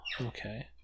Okay